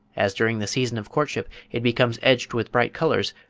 as during the season of courtship it becomes edged with bright colours,